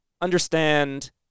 understand